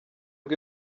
bwe